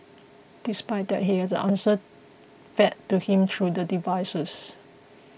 despite that he had the answers fed to him through the devices